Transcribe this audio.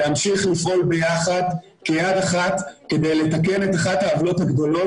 להמשיך לפעול ביחד כיד אחת כדי לתקן את אחת העוולות הגדולות